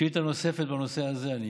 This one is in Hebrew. שאילתה נוספת בנושא הזה.